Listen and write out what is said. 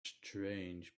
strange